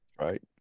Right